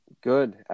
Good